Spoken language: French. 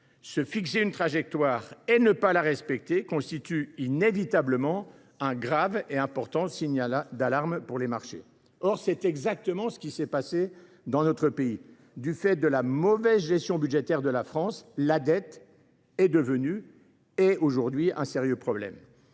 respecter la trajectoire que l’on s’est fixée constitue inévitablement un grave et important signal d’alarme pour les marchés. Or c’est exactement ce qui s’est passé dans notre pays. Du fait de la mauvaise gestion budgétaire de la France, la dette est devenue un sérieux problème.